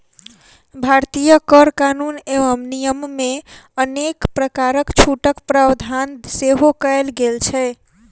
भारतीय कर कानून एवं नियममे अनेक प्रकारक छूटक प्रावधान सेहो कयल गेल छै